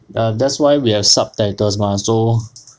um that's why we have subtitles mah so